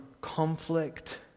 conflict